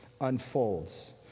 unfolds